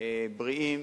בריאים